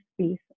space